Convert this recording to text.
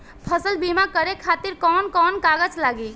फसल बीमा करे खातिर कवन कवन कागज लागी?